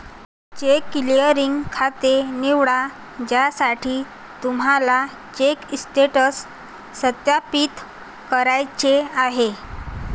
check clearing खाते निवडा ज्यासाठी तुम्हाला चेक स्टेटस सत्यापित करायचे आहे